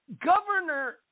Governor